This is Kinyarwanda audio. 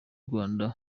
rwanda